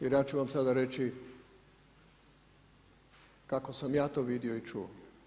Jer, ja ću vam sada reći, kako sam ja to vidio i čuo.